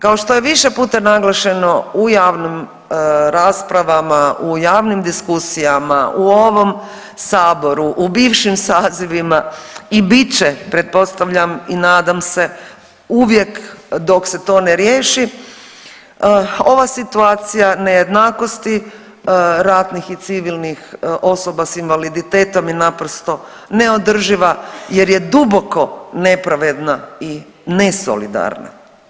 Kao što je više puta naglašeno u javnim raspravama, u javnim diskusijama, u ovom Saboru, u bivšim sazivima i bit će pretpostavljam i nadam se uvijek dok se to ne riješi ova situacija nejednakosti ratnih i civilnih osoba s invaliditetom je naprosto neodrživa jer je duboko nepravedna i nesolidarna.